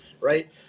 Right